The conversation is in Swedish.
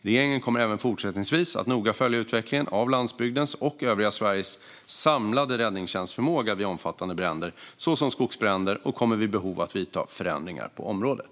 Regeringen kommer även fortsättningsvis att noga följa utvecklingen av landsbygdens och övriga Sveriges samlade räddningstjänstförmåga vid omfattande bränder, såsom skogsbränder, och kommer vid behov att vidta förändringar på området.